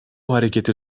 hareketi